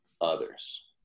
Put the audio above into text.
others